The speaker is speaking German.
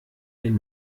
den